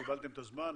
קיבלתם את הזמן,